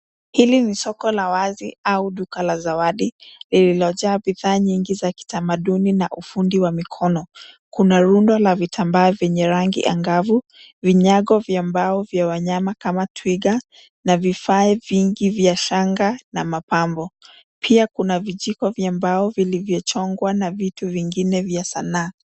Hili ni soko la wazi au duka la zawadi lililojaa bidhaa nyingi za kitamaduni na ufundi wa mikono. Kuna rundo la vitambaa vyenye rangi angavu, vinyago vya mbao vya wanyama kama twiga na vifaa vingi vya shanga na mapambo. Pia kuna vijiko vya mbao vilivyochongwa na vitu vingine vya sanaa.